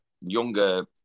younger